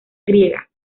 griega